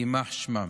יימח שמם.